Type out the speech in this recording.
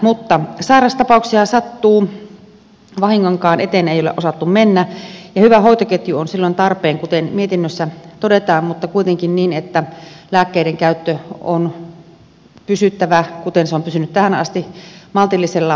mutta sairastapauksia sattuu vahingonkaan eteen ei ole osattu mennä ja hyvä hoitoketju on silloin tarpeen kuten mietinnössä todetaan mutta kuitenkin niin että lääkkeiden käytön on pysyttävä kuten se on pysynyt tähän asti maltillisella tasolla